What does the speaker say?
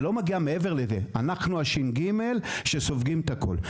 אנחנו הש"ג שסופגים את הכול,